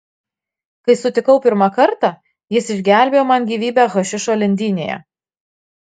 kai sutikau pirmą kartą jis išgelbėjo man gyvybę hašišo lindynėje